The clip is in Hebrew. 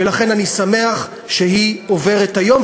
ולכן אני שמח שהיא עוברת היום,